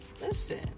listen